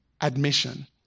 admission